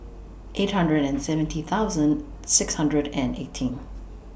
eight hundred and seventy thousand six hundred and eighteen